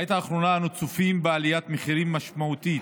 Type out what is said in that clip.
בעת האחרונה אנו צופים בעליית מחירים משמעותית